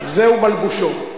זהו מלבושו.